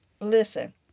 Listen